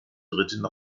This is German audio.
dritten